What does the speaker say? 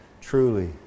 Truly